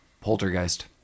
Poltergeist